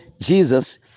Jesus